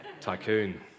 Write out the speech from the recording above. Tycoon